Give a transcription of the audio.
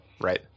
right